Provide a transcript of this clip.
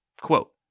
Quote